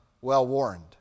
well-warned